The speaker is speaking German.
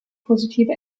positive